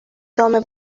گام